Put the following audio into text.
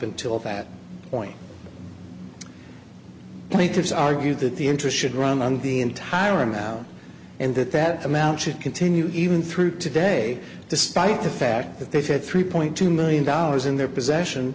until that point plaintiffs argue that the interest should run on the entire amount and that that amount should continue even through today despite the fact that they've had three point two million dollars in their possession